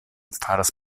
faras